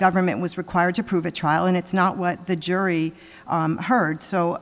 government was required to prove a trial and it's not what the jury heard so